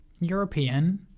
european